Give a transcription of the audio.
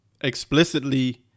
explicitly